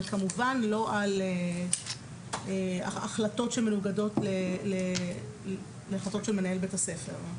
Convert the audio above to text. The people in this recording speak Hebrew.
ולא על החלטות שמנוגדות לאלה של מנהל בית הספר.